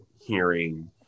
hearing